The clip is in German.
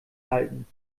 halten